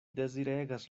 deziregas